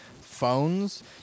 phones